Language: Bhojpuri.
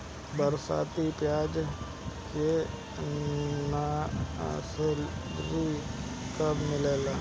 बरसाती प्याज के नर्सरी कब लागेला?